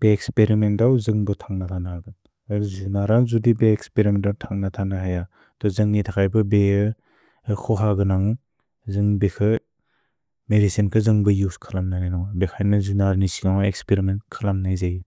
बे एक्स्पेरिमेन्त जुन्ग्ब तन्ग तनगत्। अर जुनरन् जुदि बे एक्स्पेरिमेन्त तन्ग तनगय, त जुन्ग् न्ये तगय्ब बे ए क्सुख गुनन्गु, जुन्ग् बेके मेरिसेन् क जुन्ग्ब युस् कलम्ने लनु, बेके न जुनर निसिकन्गु एक्स्पेरिमेन्त कलम्ने जैजे।